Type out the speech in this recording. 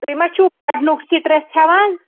تُہۍ ما چھُو پَرنُک سِٹرٛٮ۪س ہٮ۪وان